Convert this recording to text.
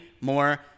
more